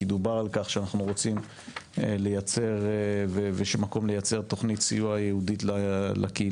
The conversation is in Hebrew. כי דובר על כך שאנחנו רוצים לייצר תכנית סיוע ייעודית לקהילה.